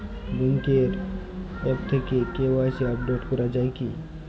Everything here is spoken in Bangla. ব্যাঙ্কের আ্যপ থেকে কে.ওয়াই.সি আপডেট করা যায় কি?